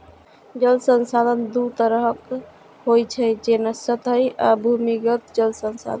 जल संसाधन दू तरहक होइ छै, जेना सतही आ भूमिगत जल संसाधन